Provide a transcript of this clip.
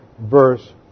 verse